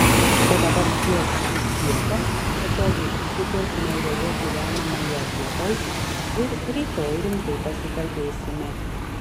o dabar čiuožk į skiepą patogiai įsikurk naujoje gyvenamoje vietoj ir rytoj rimtai pasikalbėsime